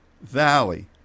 valley